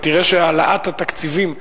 אתה תראה שהעלאת התקציבים לחינוך,